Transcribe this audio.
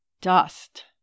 Dust